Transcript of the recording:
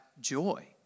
joy